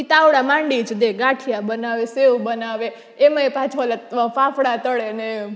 ઈ તાવડા માંડી જ દે ગાંઠિયા બનાવે સેવ બનાવે એમાંય પાછો ઓલા ફાફડા તળેને